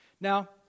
Now